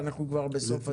ואנחנו כבר בסוף הדיון.